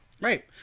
Right